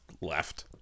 left